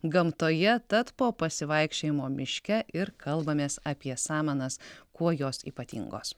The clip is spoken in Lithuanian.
gamtoje tad po pasivaikščiojimo miške ir kalbamės apie samanas kuo jos ypatingos